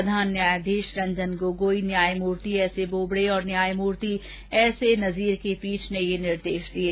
प्रधान न्यायाधीश रंजन गोगोई न्यायमूर्ति एसए बोबडे और न्यायमूर्ति एसए नजीर की पीठ ने ये निर्देश दिये